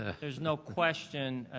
there's no question,